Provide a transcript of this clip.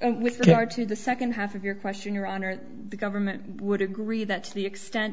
and with regard to the second half of your question your honor the government would agree that to the extent